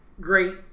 great